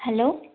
hello